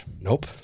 Nope